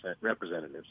representatives